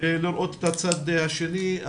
לראות את הצד השני,